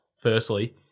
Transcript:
firstly